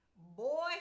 boy